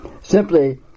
simply